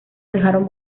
dejaron